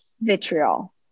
vitriol